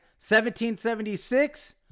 1776